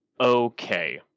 okay